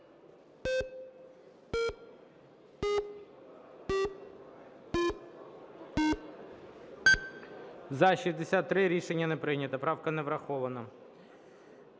За-63 Рішення не прийнято. Правка не врахована.